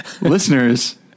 Listeners